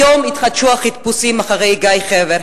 היום התחדשו החיפושים אחרי גיא חבר,